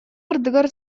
ардыгар